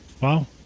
wow